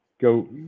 Go